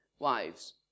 Wives